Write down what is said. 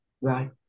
Right